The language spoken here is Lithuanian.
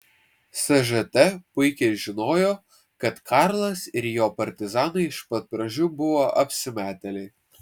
sžt puikiai žinojo kad karlas ir jo partizanai iš pat pradžių buvo apsimetėliai